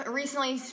recently